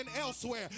elsewhere